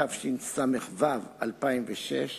התשס"ו 2006,